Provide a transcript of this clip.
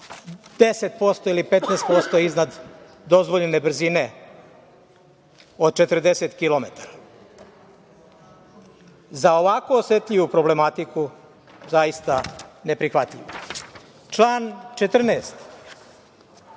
10% ili 15% iznad dozvoljene brzine od 40 kilometara. Za ovako osetljivu problematiku zaista neprihvatljivo. Član 14.